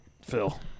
Phil